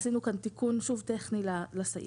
עשינו כאן תיקון שוב טכני לסעיף.